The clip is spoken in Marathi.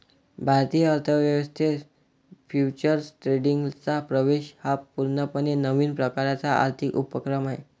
भारतीय अर्थ व्यवस्थेत फ्युचर्स ट्रेडिंगचा प्रवेश हा पूर्णपणे नवीन प्रकारचा आर्थिक उपक्रम आहे